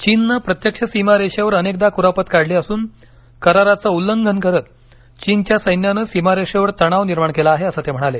चीनने प्रत्यक्ष सीमारेषेवर अनेकदा कुरापत काढली असून कराराचे उल्लंघन करत चीनच्या सैन्यानं सीमारेषेवर तणाव निर्माण केला आहे अस ते म्हणाले